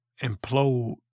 implode